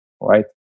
right